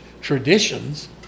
traditions